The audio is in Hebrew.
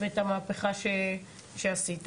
ואת המהפכה שעשית.